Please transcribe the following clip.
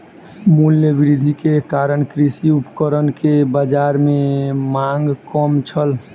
मूल्य वृद्धि के कारण कृषि उपकरण के बाजार में मांग कम छल